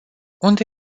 unde